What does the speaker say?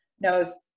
knows